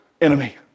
enemy